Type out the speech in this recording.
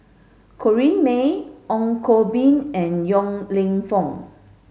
Corrinne May Ong Koh Bee and Yong Lew Foong